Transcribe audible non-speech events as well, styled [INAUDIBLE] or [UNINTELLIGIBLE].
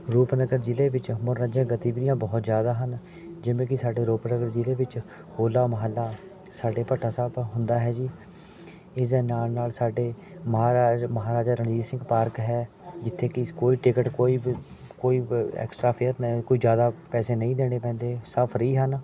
ਰੂਪਨਗਰ ਜ਼ਿਲ੍ਹੇ ਵਿੱਚ ਮਨੋਰੰਜਨ ਗਤੀਵਿਧੀਆਂ ਬਹੁਤ ਜ਼ਿਆਦਾ ਹਨ ਜਿਵੇਂ ਕਿ ਸਾਡੇ ਰੂਪਨਗਰ ਜ਼ਿਲ੍ਹੇ ਵਿੱਚ ਹੋਲਾ ਮਹੱਲਾ ਸਾਡੇ ਭੱਠਾ ਸਾਹਿਬ ਹੁੰਦਾ ਹੈ ਜੀ ਇਸ ਦੇ ਨਾਲ ਨਾਲ ਸਾਡੇ ਮਹਾਰਾਜ ਮਹਾਰਾਜਾ ਰਣਜੀਤ ਸਿੰਘ ਪਾਰਕ ਹੈ ਜਿੱਥੇ ਕਿ ਕੋਈ ਟਿਕਟ ਕੋਈ [UNINTELLIGIBLE] ਕੋਈ [UNINTELLIGIBLE] ਐਕਸਟਰਾ ਫੇਅਰ ਨ ਕੋਈ ਜ਼ਿਆਦਾ ਪੈਸੇ ਨਹੀਂ ਦੇਣੇ ਪੈਂਦੇ ਸਭ ਫਰੀ ਹਨ